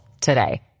today